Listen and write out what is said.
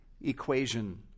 equation